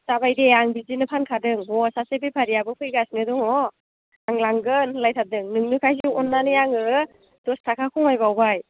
जाबाय दे आं बिदिनो फानखादों हौवा सासे बेफारियाबो फैगासिनो दङ आं लांगोन होनलायथारदों नोंनोखायसो अननानै आङो दस थाखा खमायबावबाय